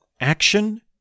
action